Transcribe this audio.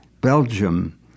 Belgium